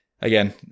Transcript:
again